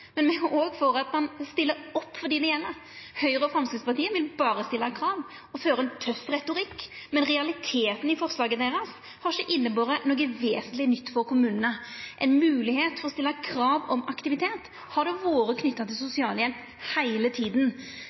Men me er òg for at me stiller opp for dei det gjeld. Høgre og Framstegspartiet vil berre stilla krav, føra ein tøff retorikk, men realiteten i forslaget deira har ikkje ført med seg noko vesentleg nytt for kommunane. Eit høve til å stilla krav om aktivitet har vore knytt til sosialhjelp heile tida.